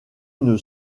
une